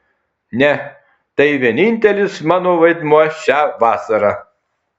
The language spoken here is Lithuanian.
ne tai vienintelis mano vaidmuo šią vasarą